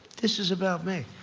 this is about me.